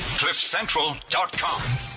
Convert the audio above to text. Cliffcentral.com